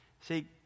See